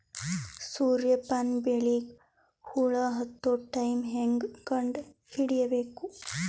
ಸೂರ್ಯ ಪಾನ ಬೆಳಿಗ ಹುಳ ಹತ್ತೊ ಟೈಮ ಹೇಂಗ ಕಂಡ ಹಿಡಿಯಬೇಕು?